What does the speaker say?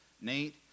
Nate